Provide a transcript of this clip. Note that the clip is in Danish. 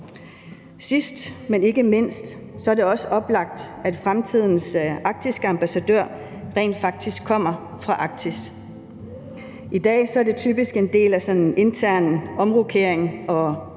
Sidst, men ikke mindst, er det også oplagt, at fremtidens arktiske ambassadør rent faktisk kommer fra Arktis. I dag er det typisk en del af sådan en intern omrokering, og